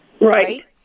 right